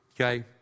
okay